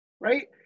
right